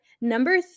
Number